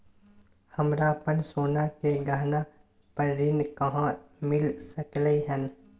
हमरा अपन सोना के गहना पर ऋण कहाॅं मिल सकलय हन?